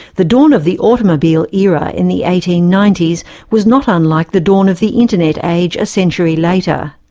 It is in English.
the dawn of the automobile era in the eighteen ninety s was not unlike the dawn of the internet age a century later.